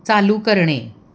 चालू करणे